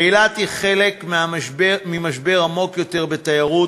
אילת היא חלק ממשבר עמוק יותר בתיירות